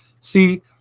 See